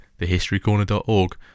thehistorycorner.org